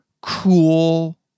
cool